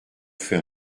fait